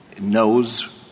knows